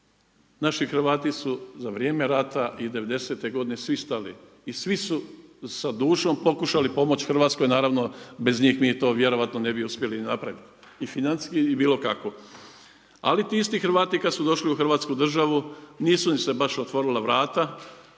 Naši Hrvati su za vrijeme rata i 90-te godine svi stali i svi su sa dušom pokušali pomoći Hrvatskoj. Naravno bez njih mi to vjerojatno ne bi uspjeli napraviti i financijski i bilo kako. Ali ti isti Hrvati kada su došli u Hrvatsku državu nisu im se baš otvorila vrata.